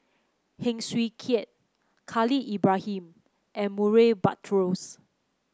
Heng Swee Keat Khalil Ibrahim and Murray Buttrose